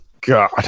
God